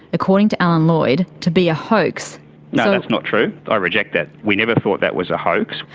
according to alan lloyd, to be a hoax. no, that's not true, i reject that. we never thought that was a hoax.